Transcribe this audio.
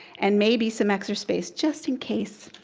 and maybe some extra space, just in case.